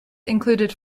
included